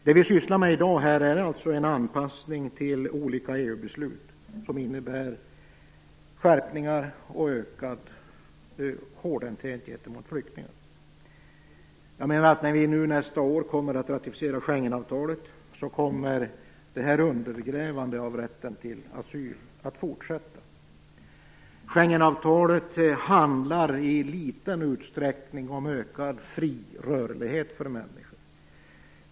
Det vi sysslar med här i dag är alltså en anpassning till olika EU-beslut som innebär skärpningar och ökad hårdhänthet gentemot flyktingar. Jag menar att det här undergrävandet av rätten till asyl kommer att fortsätta när vi nästa år ratificerar Schengenavtalet. Schengenavtalet handlar i liten utsträckning om ökad fri rörlighet för människor.